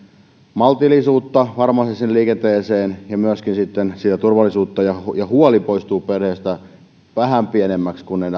maltillisuutta varmasti sinne liikenteeseen ja myöskin sitten turvallisuutta ja ja huoli poistuu perheestä vähän pienemmäksi kun he